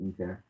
Okay